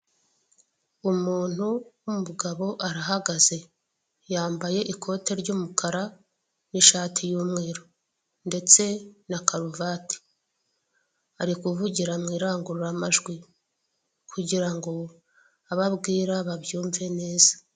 Umuntu w'umugabo arahagaze, yambaye ikote ry'umukara n'ishati y'umweru ndetse na karuvati. Ari kuvugira mu irangururamajwi kugirango abo abwira babyumve neza.